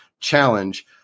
challenge